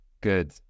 Good